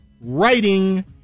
writing